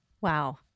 Wow